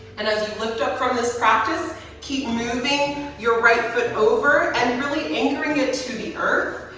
and as you lift up from this practice keep moving your right foot over and really anchoring it to the earth.